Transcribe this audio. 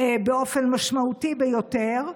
באופן משמעותי ביותר,